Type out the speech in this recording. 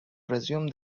resume